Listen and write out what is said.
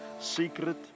Secret